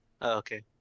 Okay